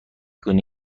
کنی